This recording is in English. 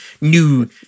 new